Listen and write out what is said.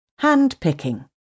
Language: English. Handpicking